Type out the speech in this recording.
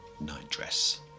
nightdress